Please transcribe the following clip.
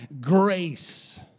grace